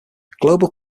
global